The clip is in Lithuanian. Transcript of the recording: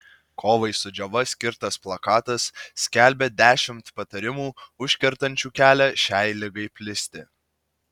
kovai su džiova skirtas plakatas skelbia dešimt patarimų užkertančių kelią šiai ligai plisti